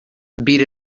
beat